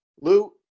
Lou